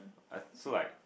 uh so like